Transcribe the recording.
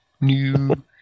new